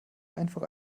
einfach